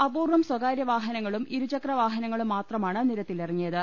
അപൂർവം സ്വകാര്യ വാഹനങ്ങളും ഇരുചക്രവാഹനങ്ങളും മാത്രമാണ് നിരത്തിലിറങ്ങിയത്